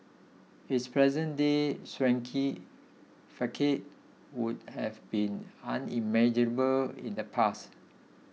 its present day swanky facade would have been unimaginable in the past